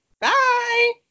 Bye